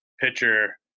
pitcher